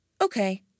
Okay